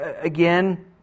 again